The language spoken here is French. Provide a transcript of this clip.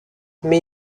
mais